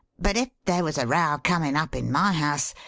but if there was a row coming up in my house,